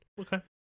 okay